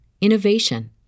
innovation